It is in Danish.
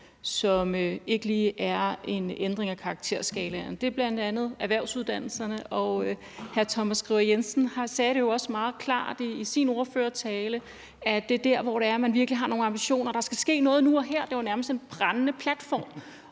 som ikke lige er en ændring af karakterskalaen. Det er bl.a. erhvervsuddannelserne, og hr. Thomas Skriver Jensen sagde jo også meget klart i sin ordførertale, at det er der, hvor man virkelig har nogle ambitioner. Der skal ske noget nu og her. Det var nærmest en brændende platform.